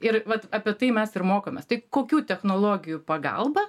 ir vat apie tai mes ir mokomės tai kokių technologijų pagalba